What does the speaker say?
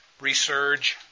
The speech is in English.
resurge